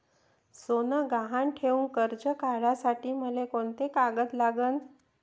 सोनं गहान ठेऊन कर्ज काढासाठी मले कोंते कागद लागन?